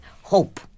hope